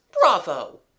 Bravo